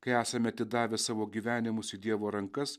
kai esame atidavę savo gyvenimus į dievo rankas